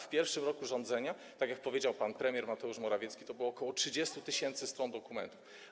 W pierwszym roku rządzenia, tak jak powiedział pan premier Mateusz Morawiecki, to było ok. 30 tys. stron dokumentów.